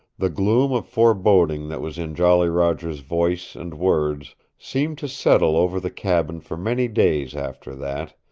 the gloom of foreboding that was in jolly roger's voice and words seemed to settle over the cabin for many days after that,